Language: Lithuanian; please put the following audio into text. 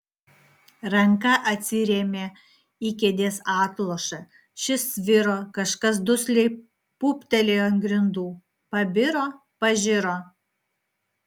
ranka atsirėmė į kėdės atlošą šis sviro kažkas dusliai pūptelėjo ant grindų pabiro pažiro